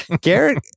Garrett